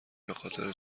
بخاطر